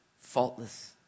faultless